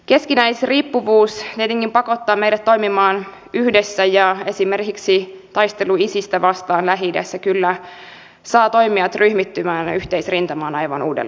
keskinäisriippuvuus tietenkin pakottaa meidät toimimaan yhdessä ja esimerkiksi taistelu isistä vastaan lähi idässä kyllä saa toimijat ryhmittymään yhteisrintamaan aivan uudella tavalla